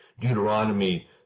Deuteronomy